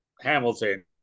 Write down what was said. Hamilton